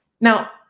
Now